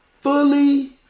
fully